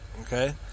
Okay